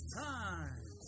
time